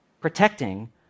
protecting